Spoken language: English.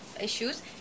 issues